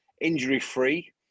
Injury-free